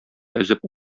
өзеп